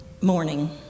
morning